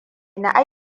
na